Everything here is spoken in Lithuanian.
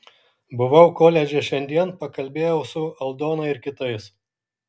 buvau koledže šiandien pakalbėjau su aldona ir kitais